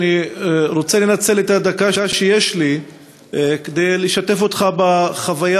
אני רוצה לנצל את הדקה שיש לי כדי לשתף אותך בחוויה